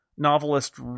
novelist